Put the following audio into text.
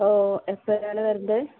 ഓ എപ്പോഴാണ് വരേണ്ടത്